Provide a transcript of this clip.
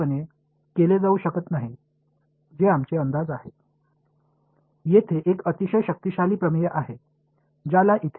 இங்கே நீல எழுத்துருவில் வெயர்ஸ்ட்ராஸ் தோராய தேற்றம் என்று அழைக்கப்படும் மிகவும் சக்திவாய்ந்த தேற்றம் உள்ளது